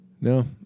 No